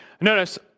Notice